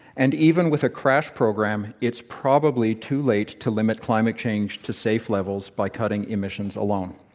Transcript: and even with a crash program, it's probably too late to limit climate change to safe levels by cutting emissions alone.